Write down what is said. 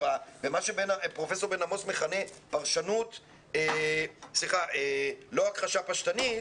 במה שפרופ' בן-עמוס מכנה לא הכחשה פשטנית,